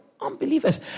unbelievers